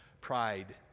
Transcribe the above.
pride